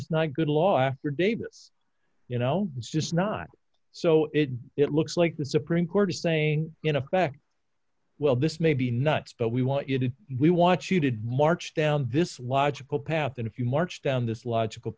is not good law after davis you know it's just not so it looks like the supreme court is saying in effect well this may be nuts but we want you to we watch you did march down this logical path and if you marched down this logical